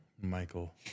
Michael